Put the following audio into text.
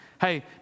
Hey